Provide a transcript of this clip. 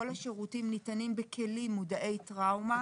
כל השירותים ניתנים בכלים מודעי טראומה.